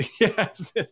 yes